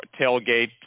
tailgate